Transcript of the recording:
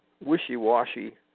wishy-washy